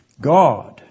God